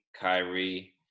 Kyrie